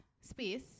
space